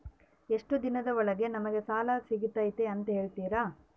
ಎಷ್ಟು ದಿನದ ಒಳಗೆ ನಮಗೆ ಸಾಲ ಸಿಗ್ತೈತೆ ಅಂತ ಹೇಳ್ತೇರಾ?